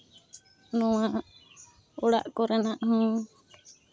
ᱱᱚᱣᱟ ᱚᱲᱟᱜ ᱠᱚᱨᱮᱱᱟᱜ ᱦᱚᱸ